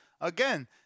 again